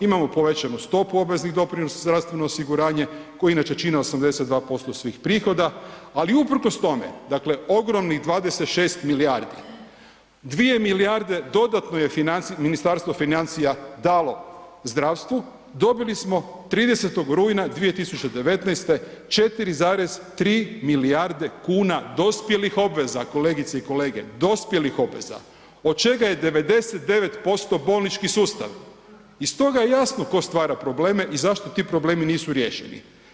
Imam povećanu stopu obveza za zdravstveno osiguranje koji inače čine 82% svih prihoda, ali uprkos tome dakle ogromnih 26 milijardi, 2 milijarde dodatno je Ministarstvo financija dalo zdravstvu, dobili smo 30. rujna 2019. 4,3 milijarde kuna dospjelih obveza kolegice i kolege, dospjelih obveza, od čega je 99% bolnički sustav i stoga je jasno tko stvara probleme i zašto ti problemi nisu riješeni.